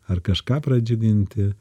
ar kažką pradžiuginti